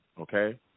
okay